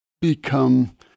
become